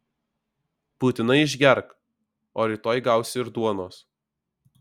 būtinai išgerk o rytoj gausi ir duonos